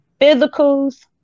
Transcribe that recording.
Physicals